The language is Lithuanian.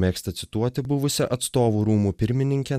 mėgsta cituoti buvusią atstovų rūmų pirmininkę